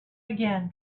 again